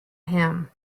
him